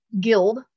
Guild